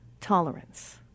tolerance